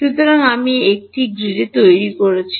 সুতরাং আমি একটি গ্রিড তৈরি